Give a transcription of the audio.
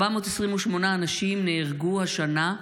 428 אנשים נהרגו השנה,